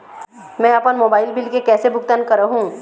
मैं अपन mobile bill के कैसे भुगतान कर हूं?